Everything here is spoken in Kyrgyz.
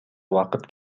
убакыт